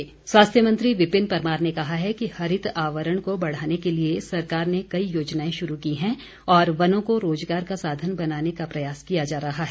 विपिन परमार स्वास्थ्य मंत्री विपिन परमार ने कहा है कि हरित आवरण को बढ़ाने के लिए सरकार ने कई योजनाएं शुरू की हैं और वनों को रोजगार का साधन बनाने का प्रयास किया जा रहा है